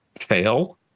Fail